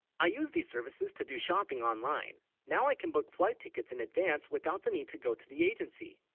i? use these services to do shopping online now i can, book flight tickets in advance without the need to go to the agency